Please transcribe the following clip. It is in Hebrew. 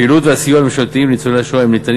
הפעילות והסיוע הממשלתיים לניצולי השואה ניתנים